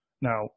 Now